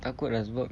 takut ah sebab